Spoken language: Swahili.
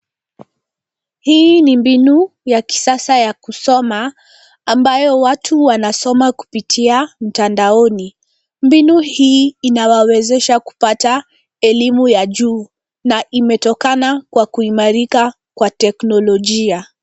Hii ni mbinu ya kisasa ya kusoma ambayo watu wanasoma kupitia mtandaoni. Mbinu hii inawawezesha kupata elimu ya juu na imetokana kwa kuimarika kwa teknolojia.